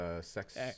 sex